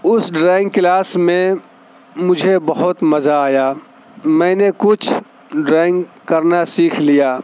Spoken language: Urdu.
اس ڈرائنگ کلاس میں مجھے بہت مزہ آیا میں نے کچھ ڈرائنگ کرنا سیکھ لیا